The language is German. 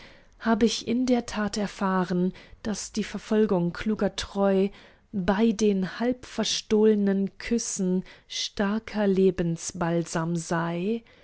hab ich in der tat erfahren daß verfolgung kluger treu bei den halbverstohlnen küssen starker lebensbalsam sei